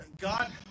God